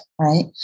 right